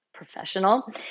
professional